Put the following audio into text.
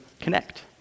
connect